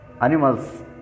animals